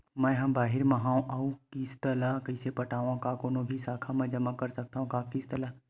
मैं हा बाहिर मा हाव आऊ किस्त ला कइसे पटावव, का कोनो भी शाखा मा जमा कर सकथव का किस्त ला?